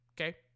Okay